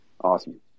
Awesome